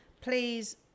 Please